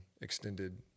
extended